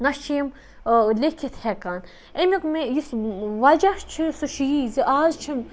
نہَ چھِ یِم لیٚکھِتھ ہیٚکان امیُک یُس وَجہَ چھُ سُہ چھُ یی زِ آز چھُنہٕ